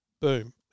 boom